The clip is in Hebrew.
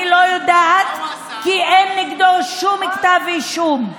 אני לא יודעת, כי אין נגדו שום כתב אישום.